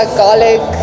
garlic